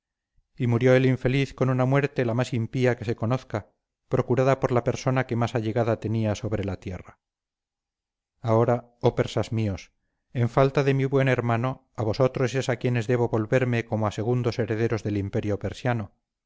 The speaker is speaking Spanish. y murió el infeliz con una muerte la más impía que se conozca procurada por la persona que más allegada tenía sobre la tierra ahora oh persas míos en falta de mi buen hermano a vosotros es a quienes debo volverme como a segundos herederos del imperio persiano